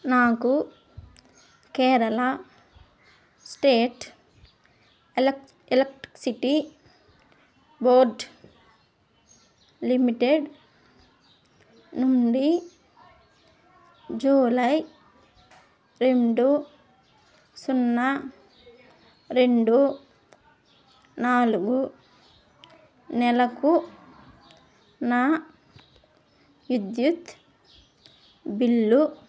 నాకు Kerala state electricity board limited నుండి July రెండు సున్నా రెండు నాలుగు నెలకు నా విద్యుత్ బిల్లు